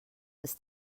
ist